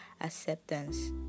acceptance